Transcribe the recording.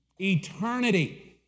Eternity